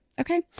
Okay